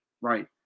right